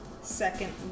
second